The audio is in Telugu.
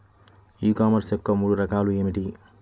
ఈ కామర్స్ యొక్క మూడు రకాలు ఏమిటి?